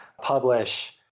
publish